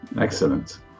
excellent